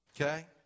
Okay